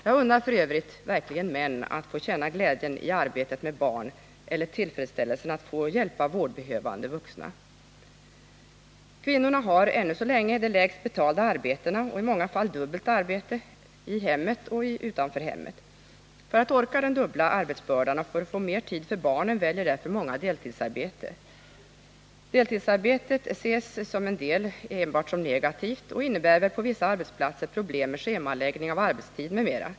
Jag unnar f. ö. verkligen män att få känna glädjen i arbetet med barn eller tillfredsställelsen att få hjälpa vårdbehövande vuxna. Kvinnorna har ännu så länge de lägst betalda arbetena och i många fall dubbelt arbete, i hemmet och utanför hemmet. För att orka med denna dubbla arbetsbörda och för att få mer tid för barnen väljer därför många deltidsarbete. Deltidsarbetet ses av en del som enbart negativt och innebär väl på vissa arbetsplatser problem med schemaläggning av arbetstid m.m.